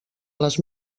les